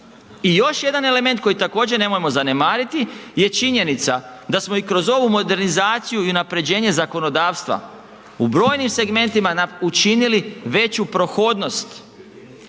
I još jedan element koji također nemojmo zanemariti je činjenica da smo i kroz ovu modernizaciju i unapređenje zakonodavstva u brojnim segmentima učinili veću prohodnost